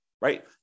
right